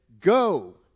go